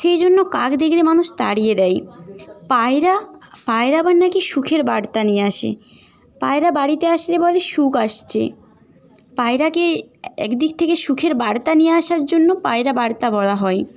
সেই জন্য কাক দেখলে মানুষ তাড়িয়ে দেয় পায়রা পায়রা আবার নাকি সুখের বার্তা নিয়ে আসে পায়রা বাড়িতে আসলে বলে সুখ আসছে পায়রাকে একদিক থেকে সুখের বার্তা নিয়ে আসার জন্য পায়রা বার্তা বলা হয়